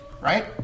right